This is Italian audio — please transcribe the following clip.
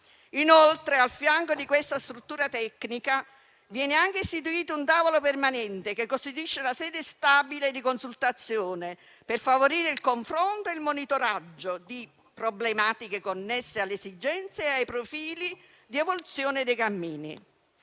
Inoltre, al fianco di questa struttura tecnica, viene istituito un tavolo permanente che costituisce una sede stabile di consultazione, per favorire il confronto e il monitoraggio di problematiche connesse alle esigenze e ai profili di evoluzione dei cammini.